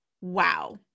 Wow